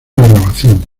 grabación